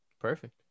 Perfect